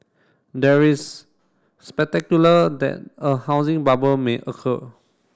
there is spectacular that a housing bubble may occur